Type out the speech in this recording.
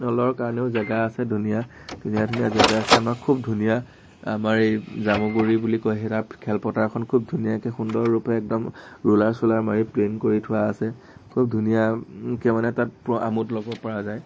কাৰণেও জেগা আছে ধুনীয়া ধুনীয়া ধুনীয়া জেগা আছে আমাৰ খুব ধুনীয়া আমাৰ এই জামুগুৰি বুলি কয় তাৰ খেলপথাৰখন খুব ধুনীয়াকে সুন্দৰ ৰূপে একদম ৰুলাৰ চুলাৰ মাৰি প্লেইন কৰি থোৱা আছে খুব ধুনীয়াকে মানে তাত পূৰা আমোদ ল'ব পৰা যায়